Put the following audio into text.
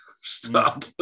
Stop